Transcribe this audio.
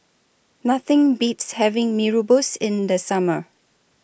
Nothing Beats having Mee Rebus in The Summer